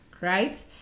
right